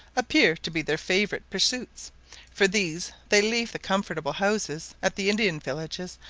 appear to be their favourite pursuits for these they leave the comfortable houses at the indian villages,